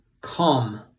come